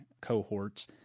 cohorts